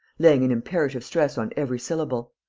laying an imperative stress on every syllable.